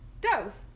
Dose